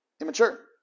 Immature